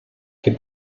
que